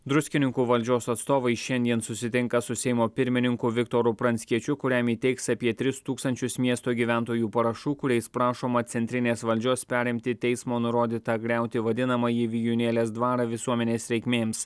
druskininkų valdžios atstovai šiandien susitinka su seimo pirmininku viktoru pranckiečiu kuriam įteiks apie tris tūkstančius miesto gyventojų parašų kuriais prašoma centrinės valdžios perimti teismo nurodytą griauti vadinamąjį vijūnėlės dvarą visuomenės reikmėms